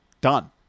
done